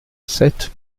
sept